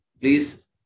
please